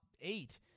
eight